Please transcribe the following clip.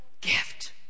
gift